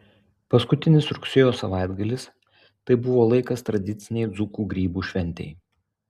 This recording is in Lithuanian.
paskutinis rugsėjo savaitgalis tai buvo laikas tradicinei dzūkų grybų šventei